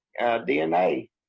dna